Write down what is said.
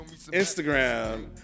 Instagram